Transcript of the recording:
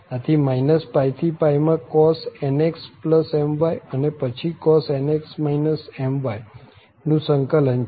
આથી -π થી માં cos nxmy અને પછી cos નું સંકલન છે